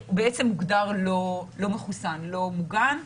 הוא בעצם הוגדר לא מחוסן, לא מוגן.